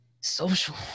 social